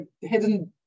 hidden